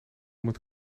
met